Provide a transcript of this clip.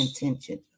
intention